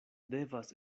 devas